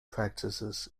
practices